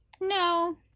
no